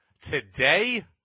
Today